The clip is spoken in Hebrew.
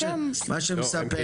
בשטח זה פחות נראה כמו מה שאתה מתאר.